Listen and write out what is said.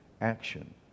action